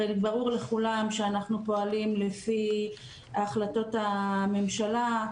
הרי ברור לכולם שאנחנו פועלים לפי החלטות הממשלה,